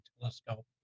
telescope